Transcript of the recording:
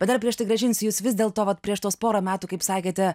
bet dar prieš tai grąžinsiu jus vis dėl to vat prieš tuos porą metų kaip sakėte